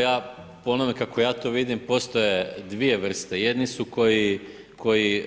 Ja po onome kako ja to vidim postoje dvije vrste, jedni su koji